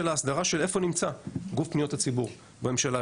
ההסדרה של איפה נמצא גוף פניות הציבור בממשלה.